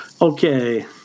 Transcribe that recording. Okay